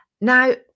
Now